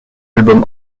album